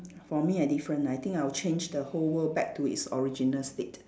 for me I different I think I would change the whole world back to its original state